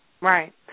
right